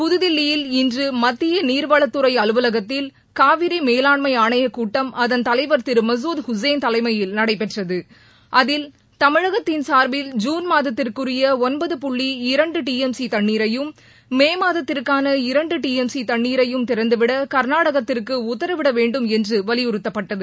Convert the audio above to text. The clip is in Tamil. புதுதில்லியில் இன்று மத்திய நீர்வளத்துறை அலுவலகத்தில் காவிரி மேலாண்மை ஆணையக் கூட்டம் அதன் தலைவர் திரு மசூத் உசேன் தலைமையில் நடைபெற்றது அதில் தமிழகத்தின் சார்பில் ஜூன் மாதத்திற்குரிய ஒன்பது புள்ளி இரண்டு டி எம் சி தண்ணீரையும் மே மாதத்திற்கான இரண்டு டி எம் சி தண்ணீரையும் திறந்துவிட கர்நாடகத்திற்கு உத்தரவிட வேண்டும் என்று வலியுறுத்தப்பட்டது